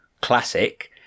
classic